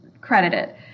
Credited